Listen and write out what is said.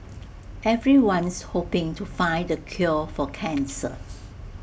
everyone's hoping to find the cure for cancer